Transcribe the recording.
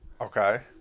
Okay